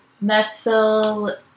Methyl